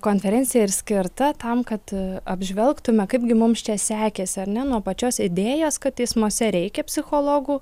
konferencija ir skirta tam kad apžvelgtume kaipgi mums čia sekėsi ar ne nuo pačios idėjos kad teismuose reikia psichologų